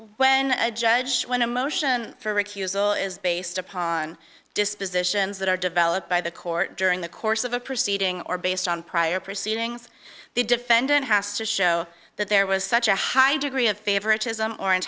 when a judge when a motion for recusal is based upon dispositions that are developed by the court during the course of a proceeding or based on prior proceedings the defendant has to show that there was such a high degree of favoritism or an